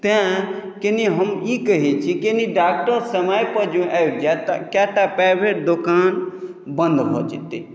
तैँ कनी हम ई कहैत छी कनी डॉक्टर समयपर जँ आबि जायत तऽ कएटा प्राइवेट दोकान बन्द भऽ जेतै